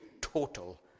total